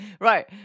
right